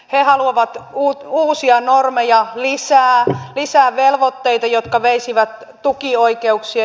he haluavat uusia normeja lisää lisää velvoitteita jotka veisivät tukioikeuksia